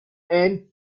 and